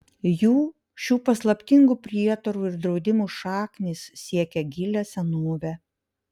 jų šių paslaptingų prietarų ir draudimų šaknys siekią gilią senovę